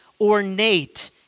ornate